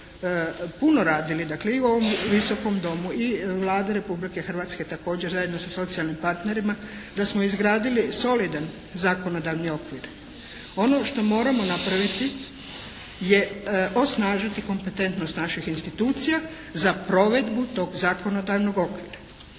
puno radili dakle i u ovom Visokom domu i Vladi Republike Hrvatske također zajedno sa socijalnim partnerima, da smo izgradili solidan zakonodavni okvir. Ono što moramo napraviti je osnažiti kompetentnost naših institucija za provedbu tog zakonodavnog okvira.